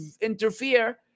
interfere